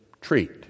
treat